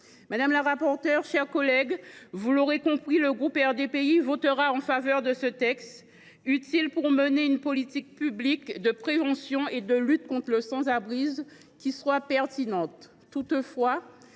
Madame la rapporteure, mes chers collègues, comme vous l’aurez compris, le groupe RDPI votera en faveur de ce texte. Celui ci est utile pour mener une politique publique de prévention et de lutte contre le sans abrisme qui soit pertinente.